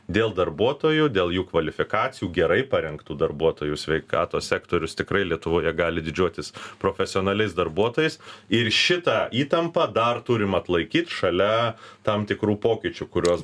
dėl darbuotojų dėl jų kvalifikacijų gerai parengtų darbuotojų sveikatos sektorius tikrai lietuvoje gali didžiuotis profesionaliais darbuotojais ir šitą įtampą dar turim atlaikyt šalia tam tikrų pokyčių kuriuos